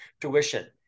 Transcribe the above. tuition